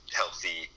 healthy